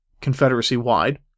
Confederacy-wide